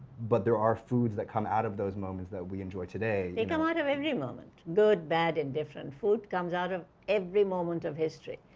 but, there are foods that come out of those moments that we enjoy today they come out of every moment good, bad and different. food comes out of every moment in history,